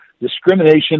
discrimination